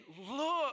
look